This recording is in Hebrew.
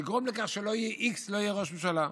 לגרום לכך ש-x לא יהיה ראש ממשלה?